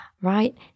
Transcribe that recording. right